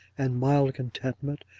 and mild contentment,